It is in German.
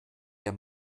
der